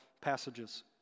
passages